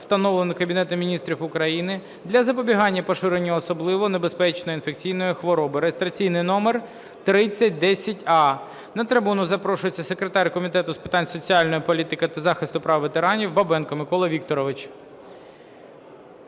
встановленого Кабінетом Міністрів України для запобігання поширенню особливо небезпечних інфекційних хвороб (реєстраційний номер 3010а). На трибуну запрошується секретар комітету з питань соціальної політики та захисту прав ветеранів Бабенко Микола Вікторович.